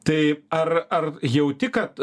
tai ar ar jauti kad